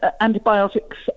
antibiotics